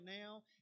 now